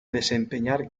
desempeñar